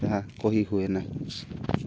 ତାହା କହି ହୁଏ ନାହି